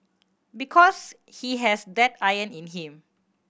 because he has that iron in him